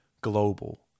global